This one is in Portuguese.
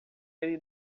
ele